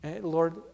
Lord